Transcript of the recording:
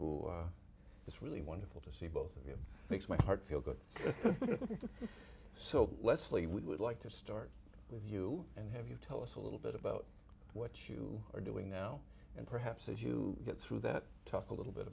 it's really wonderful to see both of you makes my heart feel good so leslie would like to start with you and have you tell us a little bit about what you are doing now and perhaps as you get through that talk a little bit